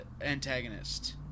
antagonist